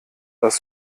das